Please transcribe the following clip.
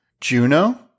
juno